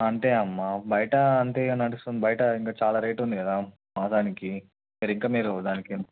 అంతే అమ్మ బయట అంతేగా నడుస్తుంది బయట ఇంకా చాలా రేటు ఉంది కదా మా దానికి సరిగా మీరు దానికి